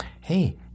hey